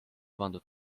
pandud